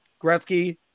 Gretzky